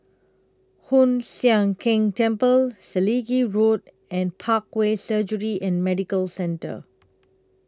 Hoon Sian Keng Temple Selegie Road and Parkway Surgery and Medical Centre